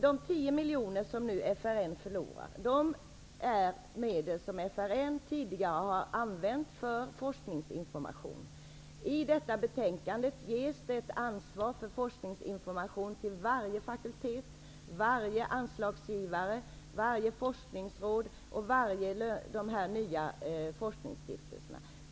De 10 miljoner som FRN nu förlorar är medel som FRN tidigare har använt för forskningsinformation. I detta betänkande ges det ett ansvar för forskningsinformation till varje fakultet, anslagsgivare, forskningsråd och forskningsstiftelse.